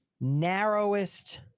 narrowest